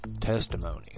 testimony